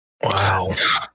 Wow